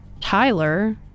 Tyler